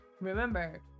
remember